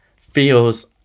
feels